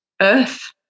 earth